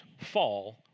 fall